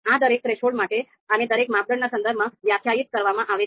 આ દરેક થ્રેશોલ્ડ માટે અને દરેક માપદંડના સંદર્ભમાં વ્યાખ્યાયિત કરવામાં આવે છે